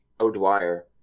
O'Dwyer